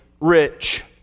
rich